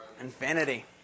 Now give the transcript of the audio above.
Infinity